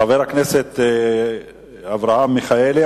חבר הכנסת אברהם מיכאלי,